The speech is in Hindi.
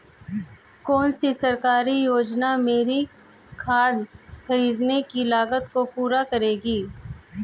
कौन सी सरकारी योजना मेरी खाद खरीदने की लागत को पूरा करेगी?